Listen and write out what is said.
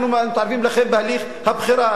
אנחנו מתערבים לכם בהליך הבחירה,